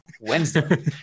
Wednesday